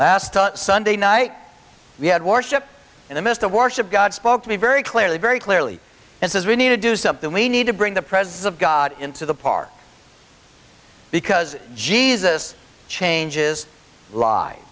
last sunday night we had worship in the midst of worship god spoke to me very clearly very clearly and says we need to do something we need to bring the presence of god into the park because jesus changes li